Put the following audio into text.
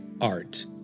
art